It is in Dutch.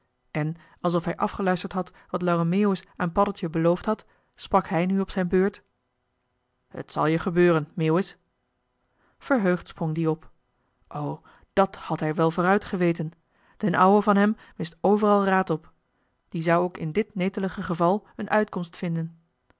en alsof hij afgeluisterd had wat lange meeuwis aan paddeltje beloofd had sprak hij nu op zijn beurt t zal je gebeuren meeuwis verheugd sprong die op o dàt had hij wel vooruit geweten d'n ouwe van hem wist overal raad op die zou ook in dit netelige geval een uitkomst vinden